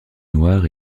noire